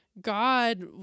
God